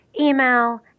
email